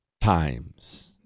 times